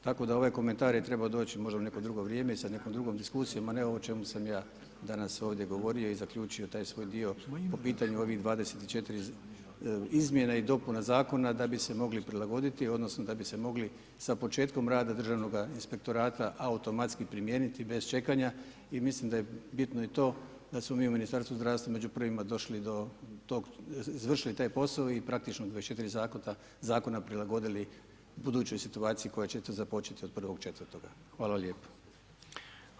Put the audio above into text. Tako da ovaj komentar je trebao doć možda u neko drugo vrijeme i sa nekom drugom diskusijom a ne ovo o čemu sam ja danas ovdje govorio i zaključio taj svoj dio po pitanju ovih 24 izmjena i dopuna zakona da bi se mogli prilagoditi, odnosno da bi se mogli sa početkom rada državnog inspektorata automatski primijeniti bez čekanja i mislim da je bitno i to da smo mi u Ministarstvu zdravstva među prvima došli do tog, izvršili taj posao i praktično 24 zakona prilagodili budućoj situaciji koja će započeti od 1.4.